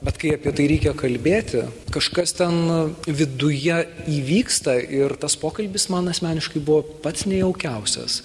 bet kai apie tai reikia kalbėti kažkas ten viduje įvyksta ir tas pokalbis man asmeniškai buvo pats nejaukiausias